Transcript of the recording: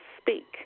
speak